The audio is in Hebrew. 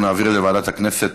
אנחנו נעביר את זה לוועדת הכנסת,